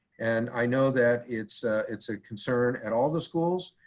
and i know that it's it's a concern at all the schools,